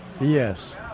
Yes